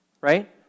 right